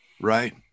Right